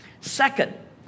Second